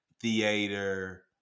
theater